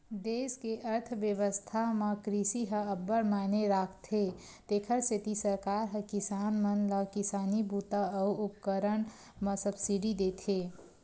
देस के अर्थबेवस्था म कृषि ह अब्बड़ मायने राखथे तेखर सेती सरकार ह किसान मन ल किसानी बूता अउ उपकरन म सब्सिडी देथे